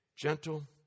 gentle